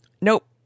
nope